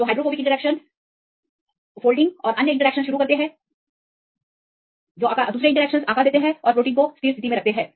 तो हाइड्रोफोबिक इंटरैक्शनतो hydrophobic interaction folding और अन्य इंटरैक्शन शुरू करते हैं जो वे आकार देते हैं और प्रोटीन को स्थिर स्थिति में रखते हैं